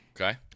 Okay